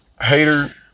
hater